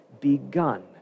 begun